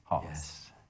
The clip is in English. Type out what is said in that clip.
Yes